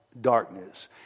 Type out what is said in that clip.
darkness